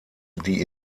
die